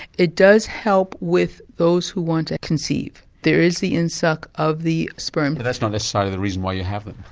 it does help with those who want to conceive. there is the insuck of the sperm. but that's not necessarily the reason why you have it.